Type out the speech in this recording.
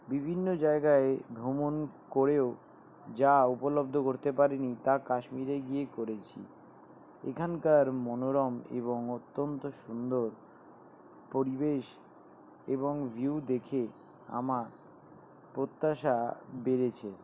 বিভিন্ন জায়গায় ভ্রমণ করেও যা উপলব্ধ করতে পারিনি তা কাশ্মীরে গিয়ে করেছি এখানকার মনোরম এবং অত্যন্ত সুন্দর পরিবেশ এবং ভিউ দেখে আমার প্রত্যাশা বেড়েছে